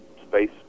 space